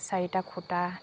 চাৰিটা খুঁটা